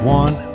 one